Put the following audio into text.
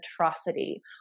atrocity